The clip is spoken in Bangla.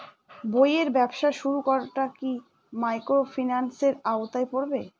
বইয়ের ব্যবসা শুরু করাটা কি মাইক্রোফিন্যান্সের আওতায় পড়বে?